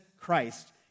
Christ